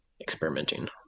experimenting